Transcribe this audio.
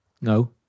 No